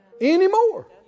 anymore